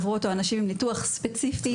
עברו אותו אנשים עם ניתוח ספציפי,